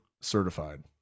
certified